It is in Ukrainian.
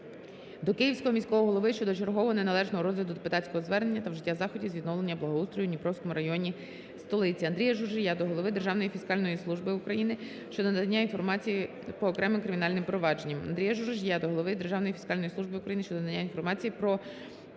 до Київського міського голови щодо чергового неналежного розгляду депутатського звернення та вжиття заходів з відновлення благоустрою у Дніпровському районі столиці. Андрія Журжія до голови Державної фіскальної служби України щодо надання інформації по окремим кримінальним провадженням.